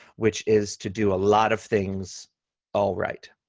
which is to do a lot of things all right.